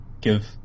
give